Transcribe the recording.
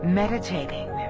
meditating